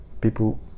people